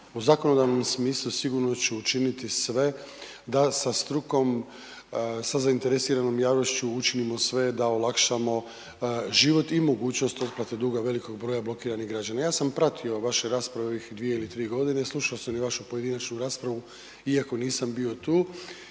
zakonodavnom smislu, sigurno da ću učiniti sve da sa strukom, sa zainteresiranom javnošću, učinimo sve da olakšamo život i mogućnost otplate duga velikog broja blokiranih građana. Ja sam pratio vaše rasprave ovih 2 ili 3 g., slušao sam i vašu pojedinačnu raspravu iako nisam bio tu